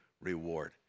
reward